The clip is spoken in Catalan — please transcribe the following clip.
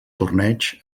torneig